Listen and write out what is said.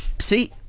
See